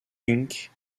inc